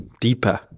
deeper